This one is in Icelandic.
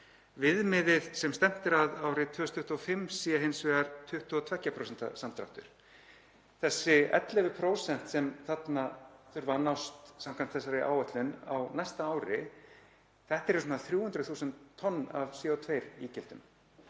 Viðmiðið sem stefnt er að árið 2025 sé hins vegar 22% samdráttur. Þessi 11% sem þarna þurfa að nást samkvæmt þessari áætlun á næsta ári eru svona 300.000 tonn af CO2-ígildum.